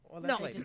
No